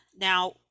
Now